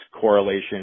correlation